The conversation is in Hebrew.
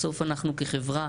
בסוף אנחנו כחברה